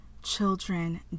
children